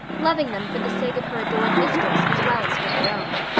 loving them for the sake of her adored mistress as well as for their own.